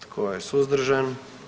Tko je suzdržan?